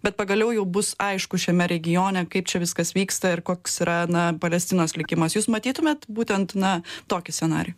bet pagaliau jau bus aišku šiame regione kaip čia viskas vyksta ir koks yra na palestinos likimas jūs matytumėt būtent na tokį scenarijų